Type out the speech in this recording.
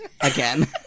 again